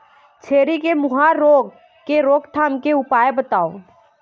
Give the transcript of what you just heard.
छेरी के मुहा रोग रोग के रोकथाम के उपाय बताव?